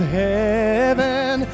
heaven